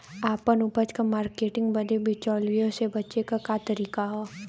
आपन उपज क मार्केटिंग बदे बिचौलियों से बचे क तरीका का ह?